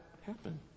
happen